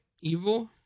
Evil